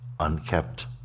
unkept